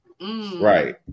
Right